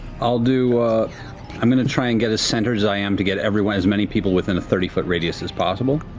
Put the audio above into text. i'll do i'm going to try and get as centered as i am to get everyone as many people, within a thirty foot radius, as possible.